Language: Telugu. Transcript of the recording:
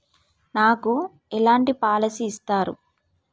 నాకు ఎలాంటి పాలసీ ఇస్తారు?